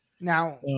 now